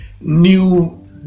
new